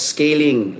Scaling